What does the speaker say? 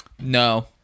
No